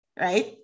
right